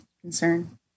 concern